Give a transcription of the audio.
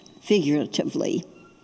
figuratively